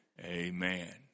amen